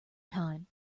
time